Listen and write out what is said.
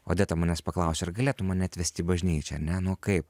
odeta manęs paklausė ar galėtum mane atvest į bažnyčią ar ne nu o kaip